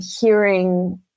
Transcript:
hearing